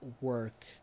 work